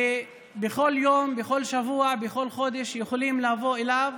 ובכל יום, בכל שבוע, בכל חודש יכולים לבוא אליו